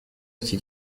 iki